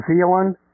Zealand